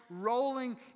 rolling